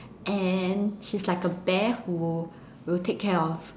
and she's like a bear who will take care of